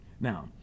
Now